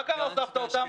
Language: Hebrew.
מה קרה שהוספת אותם?